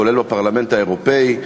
כולל בפרלמנט האירופי,